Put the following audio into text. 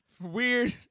Weird